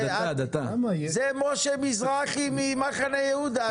זה משה מזרחי ממחנה יהודה.